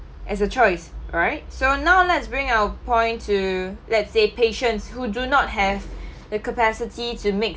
as a choice right so now let's bring our point to let's say patients who do not have the capacity to make